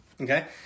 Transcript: okay